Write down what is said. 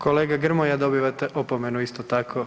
Kolega Grmoja, dobivate opomenu isto tako.